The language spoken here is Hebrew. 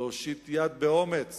להושיט יד באומץ